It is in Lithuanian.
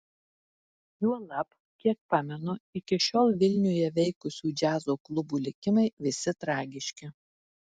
juolab kiek pamenu iki šiol vilniuje veikusių džiazo klubų likimai visi tragiški